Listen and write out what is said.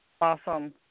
Awesome